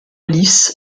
lice